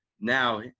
Now